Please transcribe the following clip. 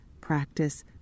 practice